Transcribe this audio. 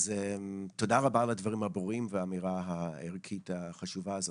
אז תודה רבה על הדברים הברורים ועל האמירה הערכית החשובה הזאת.